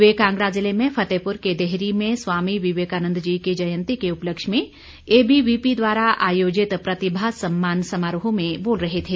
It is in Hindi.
वे कांगड़ा जिले में फतेहपुर के देहरी में स्वामी विवेकानन्द जी की जयंती के उपलक्ष्य में एबीवीपी द्वारा आयोजित प्रतिभा सम्मान समारोह में बोल रहे थे